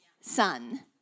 son